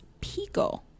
Pico